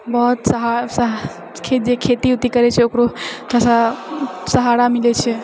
बहुत सहा सहा जे खेती उती करैत छै ओकरो थोड़ा सा सहारा मिलैत छै